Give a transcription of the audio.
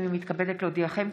הינני מתכבדת להודיעכם,